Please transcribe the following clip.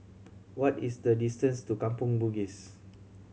what is the distance to Kampong Bugis